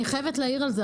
אני חייבת להעיר על זה,